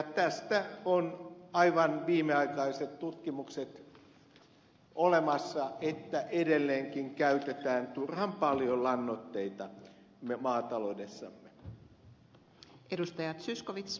tästä on aivan viimeaikaiset tutkimukset olemassa että edelleenkin käytetään turhan paljon lannoitteita maataloudessamme